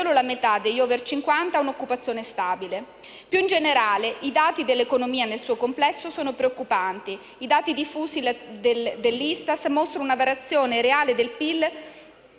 solo la metà degli *over* 50 ha un'occupazione stabile. Più in generale, i dati dell'economia nel suo complesso sono preoccupanti. I dati diffusi dall'ISTAT mostrano una variazione reale del PIL